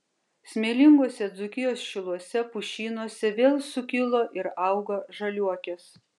smėlinguose dzūkijos šiluose pušynuose vėl sukilo ir auga žaliuokės